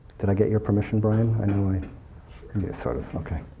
did i get your permission, brian? i know i sort of. ok.